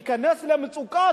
ייכנס למצוקה,